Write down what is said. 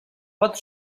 pot